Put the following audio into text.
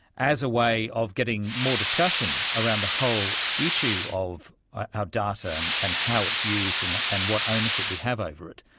as a way of getting more discussion around the whole issue of our data and and how it's used and and what ownership we have over it.